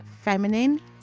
feminine